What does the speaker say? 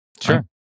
Sure